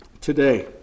today